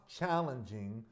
challenging